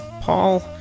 Paul